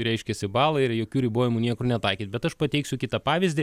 reiškias į balą ir jokių ribojimų niekur netaikyt bet aš pateiksiu kitą pavyzdį